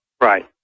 Right